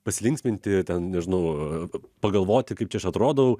pasilinksminti ten nežinau pagalvoti kaip čia aš atrodau